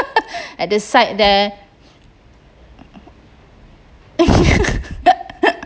at the side there